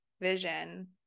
vision